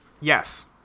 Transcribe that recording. Yes